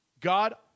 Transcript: God